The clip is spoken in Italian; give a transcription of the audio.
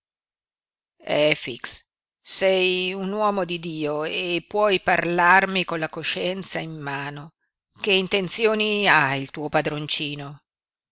lui efix sei un uomo di dio e puoi parlarmi con la coscienza in mano che intenzioni ha il tuo padroncino